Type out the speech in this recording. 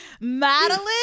Madeline